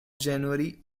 january